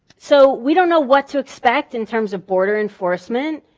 so we don't know what to expect in terms of border enforcement.